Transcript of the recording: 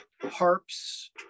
harps